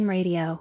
Radio